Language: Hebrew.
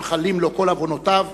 נמחלים לו כל עוונותיו